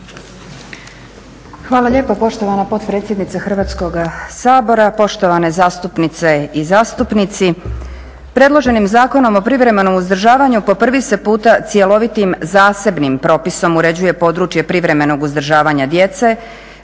Hvala lijepa poštovana potpredsjednice Hrvatskoga sabora. Poštovane zastupnice i zastupnici. Predloženim Zakonom o privremenom uzdržavanju po prvi se puta cjelovitim zasebnim propisom uređuje područje privremenog uzdržavanja djece,